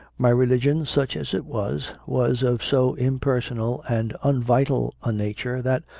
my religion, such as it was, was of so impersonal and unvital a nature that,